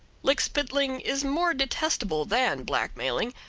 lickspittling is more detestable than blackmailing,